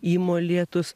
į molėtus